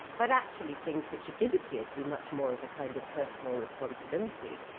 but actually things which did appear to be much more of a kind of personal responsibility,